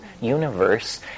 universe